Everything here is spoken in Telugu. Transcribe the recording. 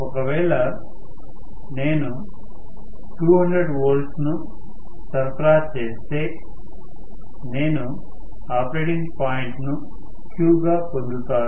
ఒకవేళ నేను 200 వోల్ట్లను సరఫరా చేస్తే నేను ఆపరేటింగ్ పాయింట్ను Q గా పొందుతాను